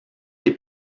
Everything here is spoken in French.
des